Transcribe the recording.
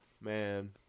man